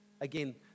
Again